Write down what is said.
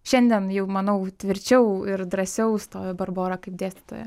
šiandien jau manau tvirčiau ir drąsiau stoja barbora kaip dėstytoja